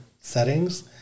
settings